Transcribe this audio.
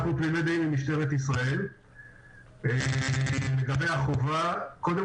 אנחנו תמימי דעים עם משטרת ישראל לגבי החובה קודם